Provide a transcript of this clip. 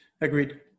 agreed